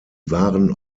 waren